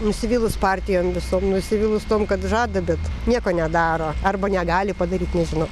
nusivylus partijom visom nusivylus tuom kad žada bet nieko nedaro arba negali padaryt nežinau